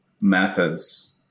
methods